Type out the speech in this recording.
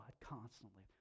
constantly